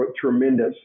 tremendous